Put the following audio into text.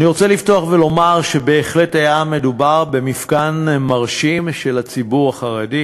אני רוצה לפתוח ולומר שבהחלט היה מדובר במפגן מרשים של הציבור החרדי.